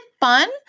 fun